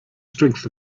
strength